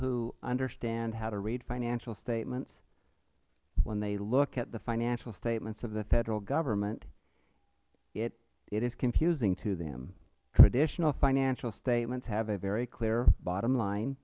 who understand how to read financial statements when they look at the financial statements of the federal government it is confusing to them traditional financial statements have a very clear bottom line